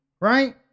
Right